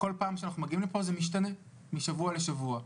בכל פעם שאנחנו מגיעים לפה, זה משתנה משבוע לשבוע.